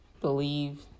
believe